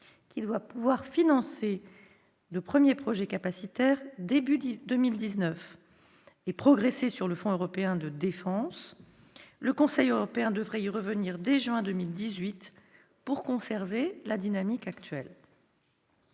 qui doit pouvoir financer de premiers projets capacitaires dès le début de 2019 ; nous souhaitons également progresser sur le fonds européen de défense. Le Conseil européen devrait y revenir dès juin 2018 pour conserver la dynamique actuelle.